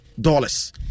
dollars